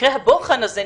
מקרה הבוחן הזה,